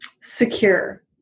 secure